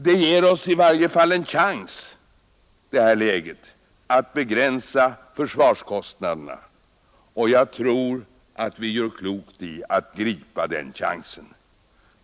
Detta läge ger oss i varje fall en chans att begränsa försvarskostnaderna, och jag tror att vi gör klokt i att gripa denna chans.